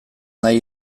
nahi